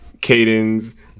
Cadence